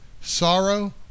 sorrow